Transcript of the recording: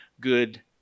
good